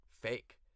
fake